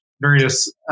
various